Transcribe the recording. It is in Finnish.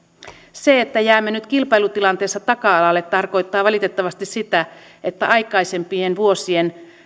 se että jäämme nyt kilpailutilanteessa taka alalle tarkoittaa valitettavasti sitä että aikaisempien vuosien